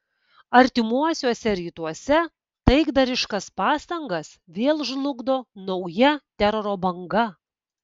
artimuosiuose rytuose taikdariškas pastangas vėl žlugdo nauja teroro banga